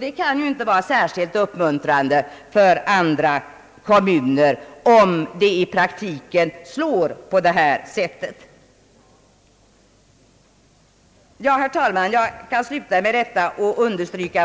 Det kan inte vara särskilt uppmuntrande för andra kommuner, om bestämmelserna slår på detta sätt i praktiken. Ja, herr talman, jag kan avsluta mitt anförande med detta.